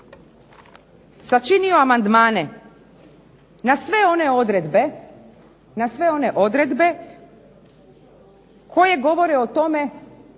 sačinio amandmane na sve one odredbe koje govore o tome